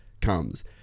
comes